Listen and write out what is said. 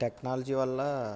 technology వల్ల